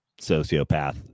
sociopath